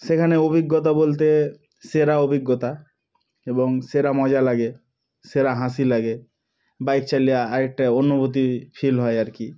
সেখানে অভিজ্ঞতা বলতে সেরা অভিজ্ঞতা এবং সেরা মজা লাগে সেরা হাসি লাগে বাইক চালিয়ে আরেকটা অনুভূতি ফিল হয় আর কি